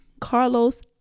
Carlos